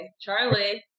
Charlie